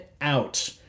out